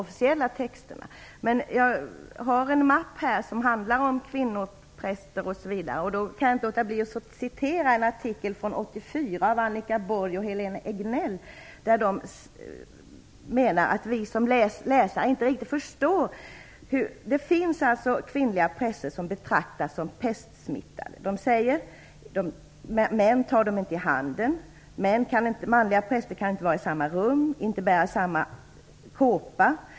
Jag har med mig här en mapp med material bl.a. om kvinnopräster och kan inte låta bli att återge vad som sägs i en artikel från 1984 av Annika Borg och Helene Egnell. De menar att vi läsare inte riktigt förstår det här. Det finns alltså kvinnliga präster som betraktas som pestsmittade. Det står här att män inte tar dessa kvinnor i handen. Manliga präster kan inte vara i samma rum som de och inte bära samma kåpa.